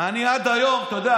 אתה יודע,